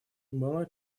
была